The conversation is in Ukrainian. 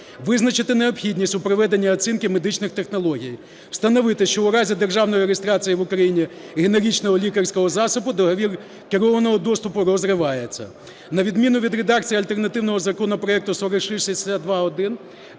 Визначити необхідність у проведенні оцінки медичних технологій, встановити, що у разі державної реєстрації в Україні генеричного лікарського засобу, договір керованого доступу розривається. На відміну від редакції альтернативного законопроекту 4662-1,